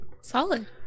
solid